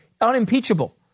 unimpeachable